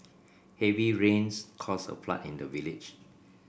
heavy rains caused a flood in the village